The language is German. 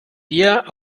dir